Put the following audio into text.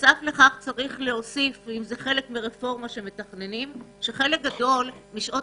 נוסף לכך צריך להוסיף שחלק גדול משעות